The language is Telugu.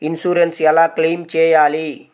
ఇన్సూరెన్స్ ఎలా క్లెయిమ్ చేయాలి?